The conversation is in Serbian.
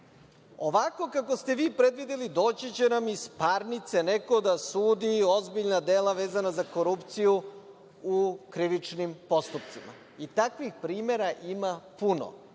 kako ste vi predvideli doći će nam iz parnice neko da sudi ozbiljna dela vezana za korupciju u krivičnim postupcima. Takvih primera ima puno.